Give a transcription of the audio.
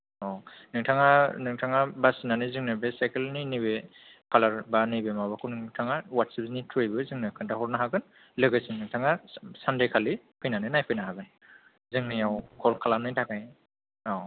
औ नोंथाङा नोंथाङा बासिनानै जोंनो बे साइकेलनि नै बे कालार एबा नै बे माबाखौ नोंथाङा वाट्सएपनि थ्रुयैबो जोंनो खोन्था हरनो हागोन लोगोसे नोंथाङा सानडे खालि फैनानै नायफैनो हागोन जोंनियाव कल खालामनायनि थाखाय औ